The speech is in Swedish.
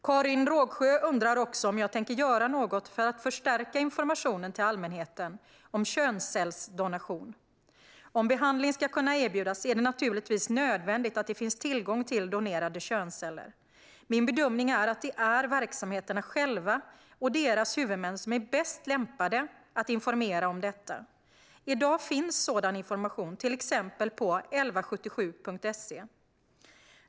Karin Rågsjö undrar också om jag tänker göra något för att förstärka informationen till allmänheten om könscellsdonation. Om behandling ska kunna erbjudas är det naturligtvis nödvändigt att det finns tillgång till donerade könsceller. Min bedömning är att det är verksamheterna själva och deras huvudmän som är bäst lämpade att informera om detta. I dag finns sådan information till exempel på 1177.se.